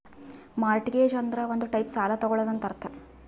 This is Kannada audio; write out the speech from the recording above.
ಮಾರ್ಟ್ಗೆಜ್ ಅಂದುರ್ ಒಂದ್ ಟೈಪ್ ಸಾಲ ತಗೊಳದಂತ್ ಅರ್ಥ